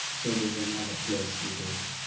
so there's another place you go to.